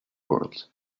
world